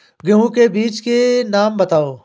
गेहूँ के बीजों के नाम बताओ?